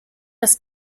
das